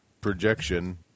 projection